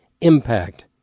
impact